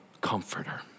comforter